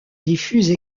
diffuse